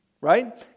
Right